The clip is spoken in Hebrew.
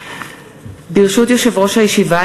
ברשות יושב-ראש הישיבה,